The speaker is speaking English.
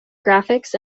graphics